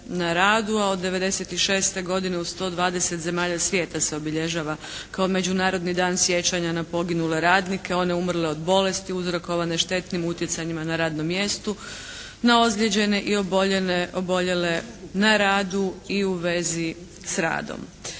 na radu, a od '96. godine u 120 zemalja svijeta se obilježava kao Međunarodni dan sjećanja na poginule radnike, one umrle od bolesti uzrokovane štetnim utjecajima na radnom mjestu, na ozlijeđene i oboljele na radu i u vezi s radom.